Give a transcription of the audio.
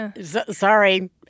sorry